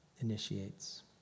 initiates